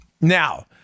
Now